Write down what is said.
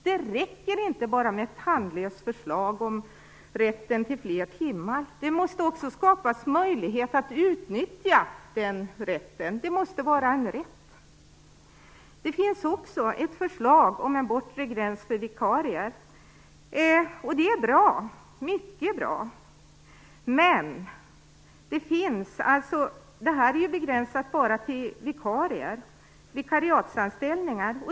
Det räcker inte med bara ett tandlöst förslag om rätten till fler timmar, utan möjlighet måste också skapas att utnyttja den rätten. Det måste vara en rätt. Det finns också ett förslag om en bortre gräns för vikarier, och det är mycket bra. Men det här är begränsat till enbart vikariatsanställningar.